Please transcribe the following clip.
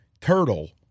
turtle